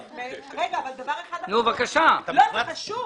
דבר אחד אחרון והוא חשוב.